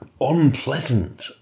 unpleasant